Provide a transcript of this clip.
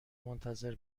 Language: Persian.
منتظر